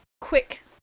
quick